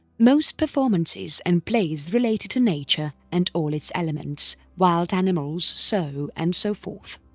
most performances and plays related to nature and all its elements, wild animals, so and so forth.